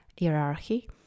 hierarchy